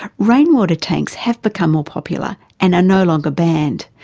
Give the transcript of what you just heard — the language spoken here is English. rainwater tanks have become more popular and are no longer banned,